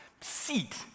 seat